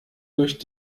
durch